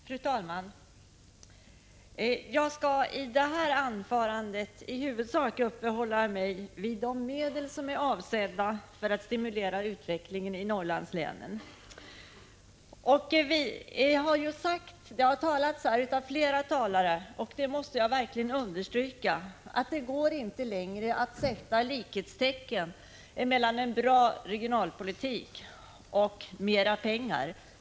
Fru talman! Jag skall i detta anförande i huvudsak uppehålla mig vid de 22 maj 1986 medel som är avsedda att stimulera utvecklingen i Norrlandslänen. Det har sagts av flera talare, och det vill jag understryka, att det inte längre går att sätta likhetstecken mellan en bra regionalpolitik och mera pengar.